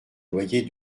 loyer